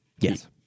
Yes